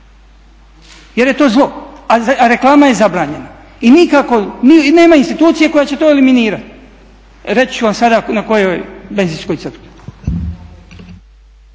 jer je to zlo, a reklama je zabranjena i nikako, nema institucije koja će to eliminirati. Reći ću vam sada na kojoj benzinskoj crpki.